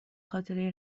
خاطره